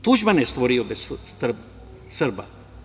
Tuđman je stvorio bez Srba.